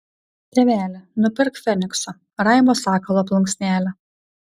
tėveli nupirk fenikso raibo sakalo plunksnelę